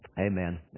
Amen